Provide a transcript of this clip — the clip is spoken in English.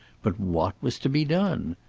but what was to be done?